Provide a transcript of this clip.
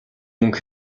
мөнгө